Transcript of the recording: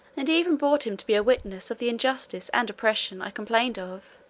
and even brought him to be a witness of the injustice and oppression i complained of.